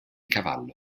cavallo